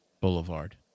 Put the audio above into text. Boulevard